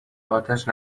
آتش